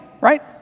Right